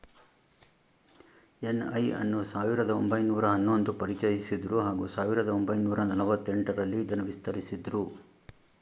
NI I ಸಾವಿರದ ಒಂಬೈನೂರ ಹನ್ನೊಂದು ಪರಿಚಯಿಸಿದ್ರು ಹಾಗೂ ಸಾವಿರದ ಒಂಬೈನೂರ ನಲವತ್ತ ಎಂಟರಲ್ಲಿ ಇದನ್ನು ವಿಸ್ತರಿಸಿದ್ರು